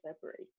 separate